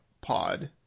pod